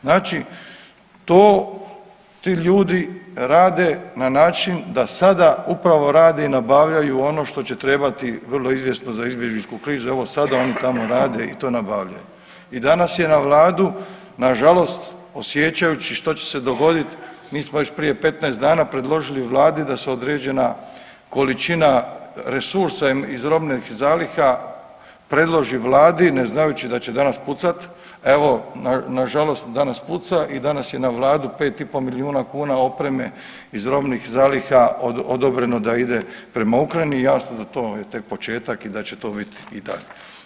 Znači to, ti ljudi rade na način da sada upravo radi i nabavljaju ono što će trebati vrlo izvjesno za izbjegličku krizu, evo sada oni tamo rade i to nabavljaju i danas je na Vladu, nažalost osjećajući što će se dogoditi, mi smo već prije 15 dana predložili Vladi da se određena količina resursa iz robnih zaliha predloži Vladi, ne znajući da će danas pucati, evo nažalost danas puca i danas je na Vladi 5,5 milijuna kuna opreme iz robnih zaliha odobreno da ide prema Ukrajini, jasno da to je tek početak i da će to biti i dalje.